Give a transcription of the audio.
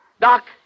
Doc